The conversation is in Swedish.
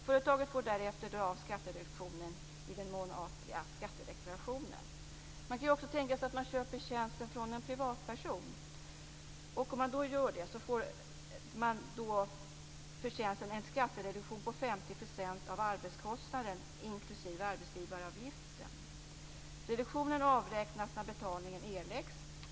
Företaget får därefter dra av skattereduktionen i den månatliga skattedeklarationen. Man kan också tänka sig att tjänsten köps från en privatperson. Om man gör det får man en skattereduktion på 50 % av arbetskostnaden inklusive arbetsgivaravgiften. Reduktionen avräknas när betalningen erläggs.